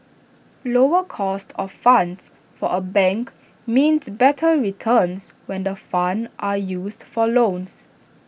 lower cost of funds for A bank means better returns when the funds are used for loans